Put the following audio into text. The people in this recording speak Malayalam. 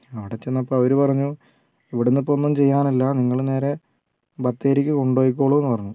അവിടെ ചെന്നപ്പോൾ അവർ പറഞ്ഞു ഇവിടെ നിന്ന് ഇപ്പോൾ ഒന്നും ചെയ്യാനില്ല നിങ്ങൾ നേരെ ബത്തേരിയ്ക്ക് കൊണ്ടു പൊയ്ക്കോളൂ എന്നു പറഞ്ഞു